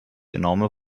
enorme